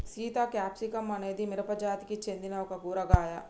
Sita capsicum అనేది మిరపజాతికి సెందిన ఒక కూరగాయ